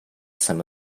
some